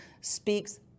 speaks